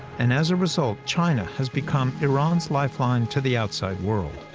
and as a result, china has become iran's lifeline to the outside world.